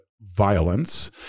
violence